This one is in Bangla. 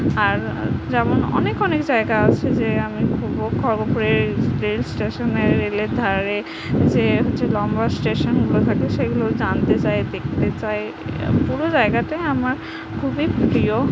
আর যেমন অনেক অনেক জায়গা আছে যে আমি খুব খড়গপুরে রেল স্টেশনে রেলের ধারে যে হচ্ছে লম্বা স্টেশনগুলো থাকে সেগুলো জানতে চাই দেখতে চাই পুরো জায়গাটাই আমার খুবই প্রিয়